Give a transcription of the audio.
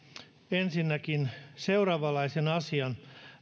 ensinnäkin seuraavanlaisen asian